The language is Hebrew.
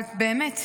אבל באמת,